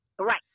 Right